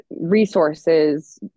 resources